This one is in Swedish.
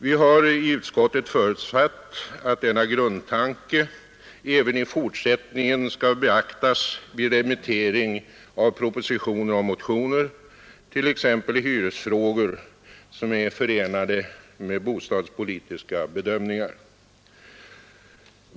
Vi har i utskottet förutsatt att denna grundtanke även i fortsättningen skall beaktas vid remittering av propositioner och motioner, t.ex. i hyresfrågor som är förenade med bostadspolitiska bedömningar.